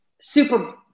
super –